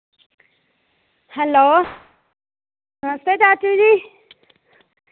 hello नमस्ते चाचू जी